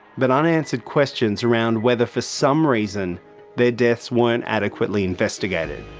but unanswered questions around whether for some reason their deaths weren't adequately investigated.